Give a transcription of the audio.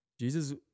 Jesus